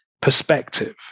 perspective